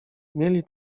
mieli